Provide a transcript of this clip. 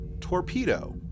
torpedo